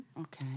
okay